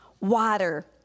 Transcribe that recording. water